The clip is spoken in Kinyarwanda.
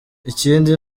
ikindi